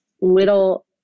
little